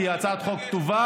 כי היא הצעת חוק טובה,